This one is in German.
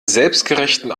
selbstgerechten